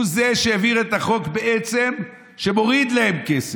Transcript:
הוא שהעביר את החוק בעצם שמוריד להם כסף.